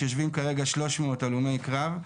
שיושבים כרגע 300 הלומי קרב,